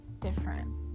different